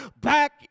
back